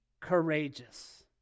courageous